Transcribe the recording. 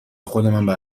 خودمم